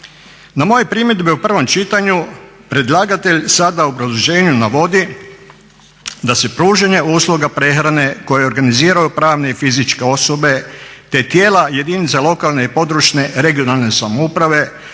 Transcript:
Na moje primjedbe u prvom čitanju predlagatelj sada u obrazloženju navodi da se pružanje usluga prehrane koje organiziraju pravne i fizičke osobe te tijela jedinica lokalne i područne (regionalne) samouprave